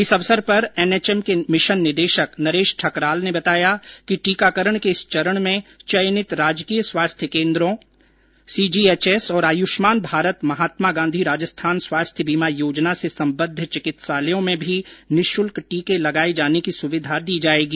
इस अवसर पर एनएचएम के मिशन निदेशक नरेश ठकराल ने बताया कि टीकाकरण के इस चरण में चयनित राजकीय स्वास्थ्य केन्द्रों सीजीएचएस और आयुष्मान भारत महात्मा गांधी राजस्थान स्वास्थ्य बीमा योजना से सम्बद्व चिकित्सालयों में भी निःशुल्क टीके लगाये जाने की सुविधा दी जायेगी